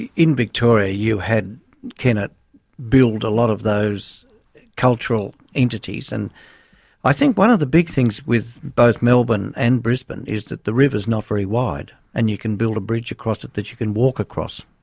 in victoria you had kennett build a lot of those cultural entities. and i think one of the big things with both melbourne and brisbane is that the river's not very wide, and you can build a bridge across it that you can walk across.